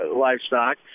livestock